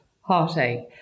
heartache